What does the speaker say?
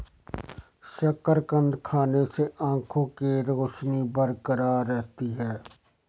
शकरकंद खाने से आंखों के रोशनी बरकरार रहती है